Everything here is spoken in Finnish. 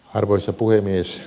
arvoisa puhemies